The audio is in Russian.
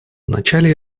вначале